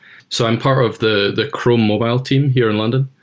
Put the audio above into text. so i'm part of the the chrome mobile team here in london.